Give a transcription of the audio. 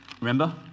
remember